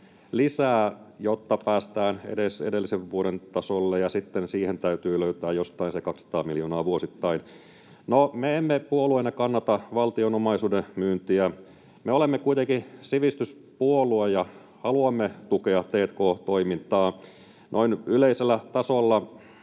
lisää, jotta päästään edes edellisen vuoden tasolle, ja sitten siihen täytyy löytää jostain se 200 miljoonaa vuosittain. No, me emme puolueena kannata valtion omaisuuden myyntiä. Me olemme kuitenkin sivistyspuolue ja haluamme tukea t&k-toimintaa. Noin yleisellä tasolla